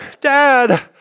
Dad